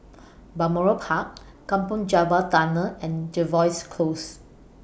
Balmoral Park Kampong Java Tunnel and Jervois Close